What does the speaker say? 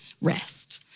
rest